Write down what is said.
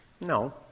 No